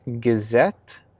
Gazette